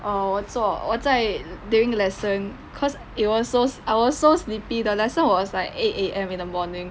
err 我做我在 during lesson cause it was so I was so sleepy the lesson was like eight A_M in the morning